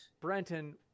Brenton